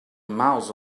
mouse